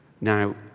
Now